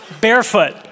barefoot